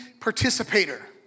participator